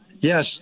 yes